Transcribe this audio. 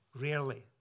rarely